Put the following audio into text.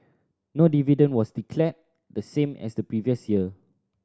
no dividend was declared the same as the previous year